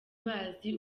bazi